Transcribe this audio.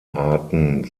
arten